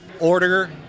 order